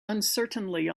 uncertainly